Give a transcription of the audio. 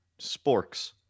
Sporks